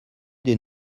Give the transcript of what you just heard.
des